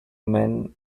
men